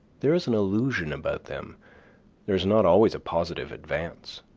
there is an illusion about them there is not always a positive advance.